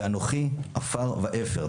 ואנוכי עפר ואפר,